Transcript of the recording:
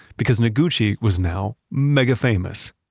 because noguchi was now mega famous.